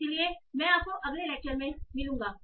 इसलिए मैं आपको अगले लेक्चर में मिलूंगा